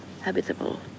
habitable